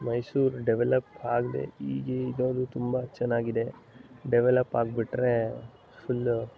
Mysuru develop ಆಗದೇ ಹೀಗೆ ಇರೋದು ತುಂಬ ಚೆನ್ನಾಗಿದೆ ಡೆವಲಪ್ ಆಗ್ಬಿಟ್ಟರೆ ಫುಲ್ಲು